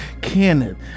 Kenneth